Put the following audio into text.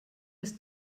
ist